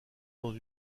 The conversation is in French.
dans